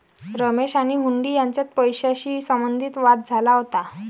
रमेश आणि हुंडी यांच्यात पैशाशी संबंधित वाद झाला होता